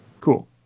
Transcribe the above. Cool